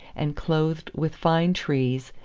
and clothed with fine trees,